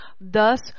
thus